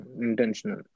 intentional